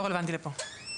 לא רלוונטי לכאן.